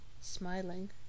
smiling